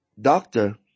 doctor